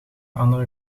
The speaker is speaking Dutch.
andere